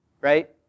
Right